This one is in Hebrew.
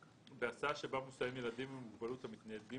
בהסעה שבה מוסעים ילדים עם מוגבלות המתניידים